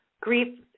grief